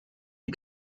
die